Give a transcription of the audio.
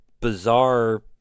bizarre